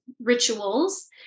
rituals